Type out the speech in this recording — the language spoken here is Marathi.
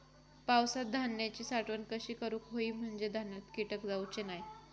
पावसात धान्यांची साठवण कशी करूक होई म्हंजे धान्यात कीटक जाउचे नाय?